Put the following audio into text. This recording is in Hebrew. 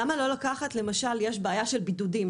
למה לא לקחת למשל יש בעיה של בידודים,